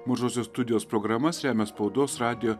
mažosios studijos programas remia spaudos radijo